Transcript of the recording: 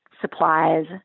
Supplies